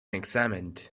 examined